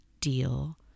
deal